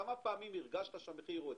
כמה פעמים הרגשת שהמחיר יורד?